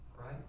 right